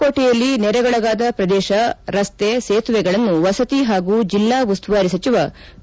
ಕೋಟೆಯಲ್ಲಿ ನೆರೆಗೊಳಗಾದ ಪ್ರದೇಶ ರಸ್ತೆ ಸೇತುವೆಗಳನ್ನು ವಸತಿ ಹಾಗೂ ಜಿಲ್ಲಾ ಉಸ್ತುವಾರಿ ಸಚಿವ ವಿ